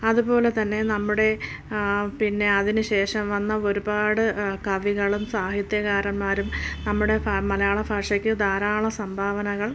അതുപോലെതന്നെ നമ്മുടെ പിന്നെ അതിന് ശേഷം വന്ന ഒരുപാട് കവികളും സാഹിത്യകാരന്മാരും നമ്മുടെ ഫാ മലയാള ഭാഷയ്ക്ക് ധാരാളം സംഭാവനകൾ